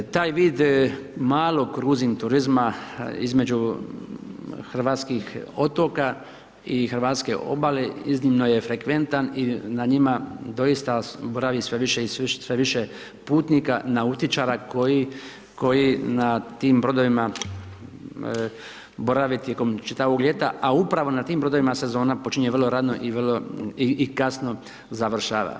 Taj vid malog kruzing turizma između hrvatskih otoka i hrvatske obale iznimno je frekventan i na njima doista boravi sve više i više putnika, nautičarima, koji na tim brodovima borave tijekom čitavog ljeta, a upravo na tim brodovima sezona počinje vrlo rano i kasno završava.